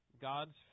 God's